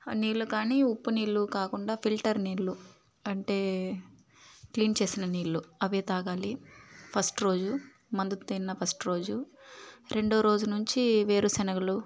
నీళ్లు కానీ ఉప్పు నీళ్లు కాకుంటా ఫిల్టర్ నీళ్లు అంటే క్లీన్ చేసిన నీళ్లు అవే తాగాలి ఫస్ట్ రోజు మందు తిన్న ఫస్ట్ రోజు రెండో రోజు నుంచి వేరు శెనగలు